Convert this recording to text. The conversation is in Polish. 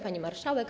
Pani Marszałek!